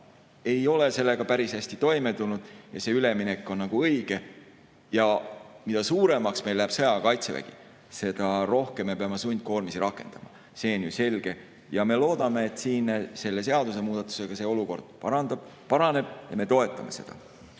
ei ole sellega päris hästi toime tulnud ja see üleminek on õige. Mida suuremaks meil läheb sõjaaja kaitsevägi, seda rohkem me peame sundkoormisi rakendama, see on ju selge. Me loodame, et selle seadusemuudatusega see olukord paraneb, ja me toetame seda. Aga